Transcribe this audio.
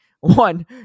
one